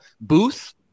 Booth